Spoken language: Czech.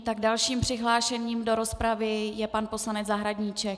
Tak dalším přihlášeným do rozpravy je pan poslanec Zahradníček.